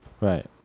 Right